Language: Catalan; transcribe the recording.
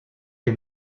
que